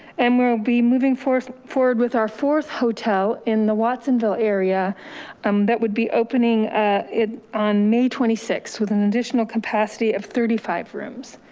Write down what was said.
and we will be moving forth, forward with our fourth hotel in the watsonville area um that would be opening it on may twenty six, with an additional capacity of thirty five rooms.